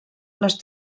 les